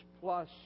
plus